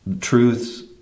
truths